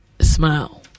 smile